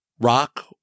rock